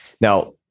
Now